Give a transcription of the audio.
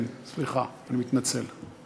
כן, סליחה, אני מתנצל.